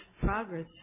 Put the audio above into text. progress